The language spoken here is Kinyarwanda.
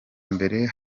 mbere